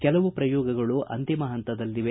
ಕೆಲವು ಪ್ರಯೋಗಗಳು ಅಂತಿಮ ಹಂತದಲ್ಲಿವೆ